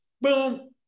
boom